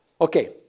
Okay